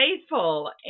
faithful